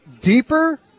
deeper